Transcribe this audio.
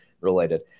related